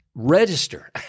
register